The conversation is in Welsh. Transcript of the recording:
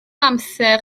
amser